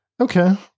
Okay